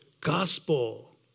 gospel